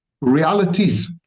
realities